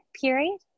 period